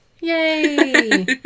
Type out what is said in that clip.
yay